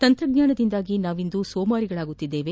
ತಂತ್ರಜ್ಞಾನದಿಂದಾಗಿ ನಾವಿಂದು ಸೋಮಾರಿಗಳಾಗುತ್ತಿದ್ದೇವೆ